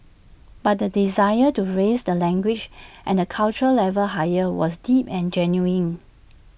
but the desire to raise the language and cultural levels higher was deep and genuine